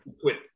quit